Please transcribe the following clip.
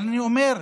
אבל אני אומר: